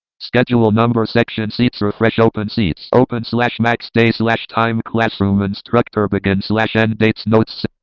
schedule number. section seats. refresh open seats. open slash max day slash time classroom instructor. begin slash end dates notes